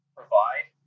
provide